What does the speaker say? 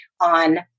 on